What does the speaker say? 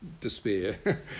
despair